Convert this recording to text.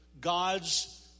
God's